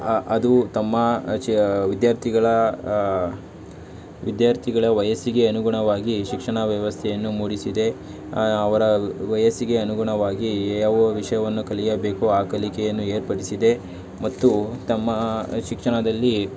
ಅದು ತಮ್ಮ ವಿದ್ಯಾರ್ಥಿಗಳ ವಿದ್ಯಾರ್ಥಿಗಳ ವಯಸ್ಸಿಗೆ ಅನುಗುಣವಾಗಿ ಶಿಕ್ಷಣ ವ್ಯವಸ್ಥೆಯನ್ನು ಮೂಡಿಸಿದೆ ಅವರ ವಯಸ್ಸಿಗೆ ಅನುಗುಣವಾಗಿ ಯಾವ ವಿಷಯವನ್ನು ಕಲಿಯಬೇಕು ಆ ಕಲಿಕೆಯನ್ನು ಏರ್ಪಡಿಸಿದೆ ಮತ್ತು ತಮ್ಮ ಶಿಕ್ಷಣದಲ್ಲಿ